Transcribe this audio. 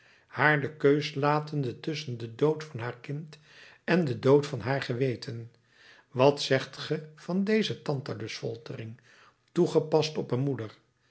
haar de keus latende tusschen den dood van haar kind en den dood van haar geweten wat zegt ge van deze tantalus foltering toegepast op een moeder